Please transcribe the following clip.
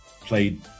played